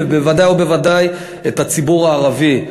ובוודאי ובוודאי את הציבור הערבי,